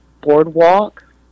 boardwalk